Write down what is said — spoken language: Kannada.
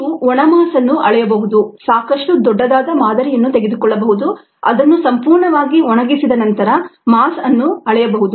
ನೀವು ಒಣ ಮಾಸ್ ಅನ್ನು ಅಳೆಯಬಹುದು ಸಾಕಷ್ಟು ದೊಡ್ಡದಾದ ಮಾದರಿಯನ್ನು ತೆಗೆದುಕೊಳ್ಳಬಹುದು ಅದನ್ನು ಸಂಪೂರ್ಣವಾಗಿ ಒಣಗಿಸಿ ನಂತರ ಮಾಸ್ಅನ್ನು ಅಳೆಯಬಹುದು